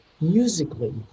musically